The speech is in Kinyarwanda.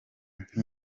nti